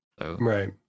Right